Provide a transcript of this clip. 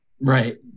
Right